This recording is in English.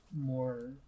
more